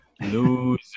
loser